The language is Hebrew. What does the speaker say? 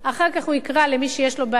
אחר כך הוא יקרא אליו מי שיש לו בעיה,